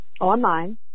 online